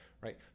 right